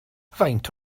faint